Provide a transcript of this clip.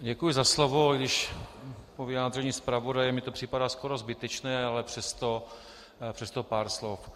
Děkuji za slovo, i když po vyjádření zpravodaje mi to připadá skoro zbytečné, ale přesto pár slov.